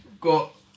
got